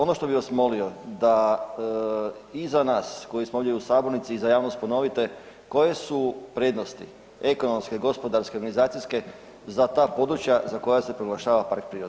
Ono što bi vas molio da i za nas koji smo ovdje u sabornici i za javnost ponovite koje su prednosti ekonomske, gospodarske, organizacijske za ta područja za koja se proglašava park prirode?